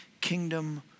kingdom